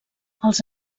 els